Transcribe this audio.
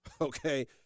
Okay